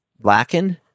blackened